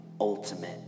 ultimate